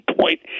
point